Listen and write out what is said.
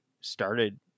started